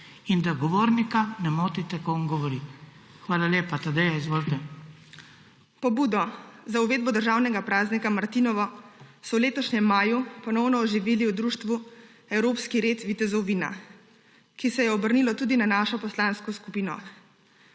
in da govornika ne motite, ko on govori. Hvala lepa. Tadeja, izvolite. **TADEJA ŠUŠTAR ZALAR (PS NSi):** Pobudo za uvedbo državnega praznika martinovo so v letošnjem maju ponovno oživeli v Društvu evropski red vitezov vina, ki se je obrnilo tudi na našo poslansko skupino.